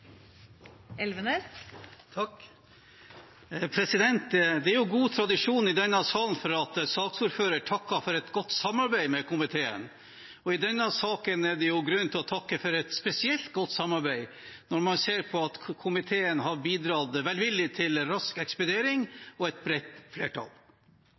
jo god tradisjon i denne salen for at saksordføreren takker for et godt samarbeid med komiteen. I denne saken er det grunn til å takke for et spesielt godt samarbeid, når man ser på at komiteen har bidratt velvillig til rask ekspedering og et bredt flertall.